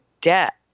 debt